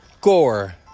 Gore